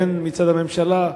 הן מצד הממשלה,